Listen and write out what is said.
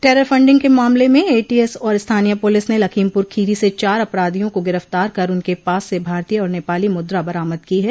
terror funding के मामले में एटीएस और स्थानीय पुलिस ने लखीमपुर खीरी से चार अपराधियों को गिरफ्तार कर उनके पास से भारतीय और नेपाली मुद्रा बरामद की है